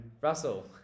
russell